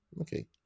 Okay